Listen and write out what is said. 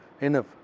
enough